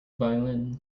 violin